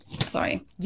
sorry